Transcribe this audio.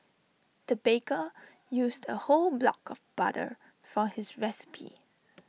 the baker used A whole block of butter for his recipe